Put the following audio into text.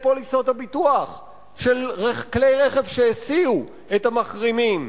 פוליסות הביטוח של כלי רכב שהסיעו את המחרימים.